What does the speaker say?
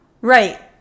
Right